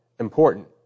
Important